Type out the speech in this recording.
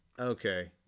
Okay